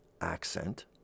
accent